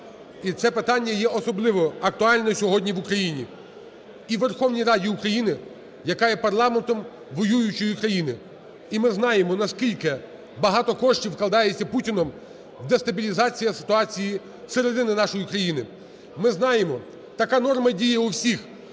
І це питання є особливо актуальне сьогодні в Україні і в Верховній Раді України, яка є парламентом воюючої країни. І ми знаємо, наскільки багато коштів вкладається Путіним для дестабілізації ситуації всередині нашої країни. Ми знаємо, така норма діє у всіх